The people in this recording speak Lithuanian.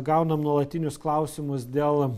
gaunam nuolatinius klausimus dėl